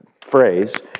phrase